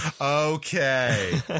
Okay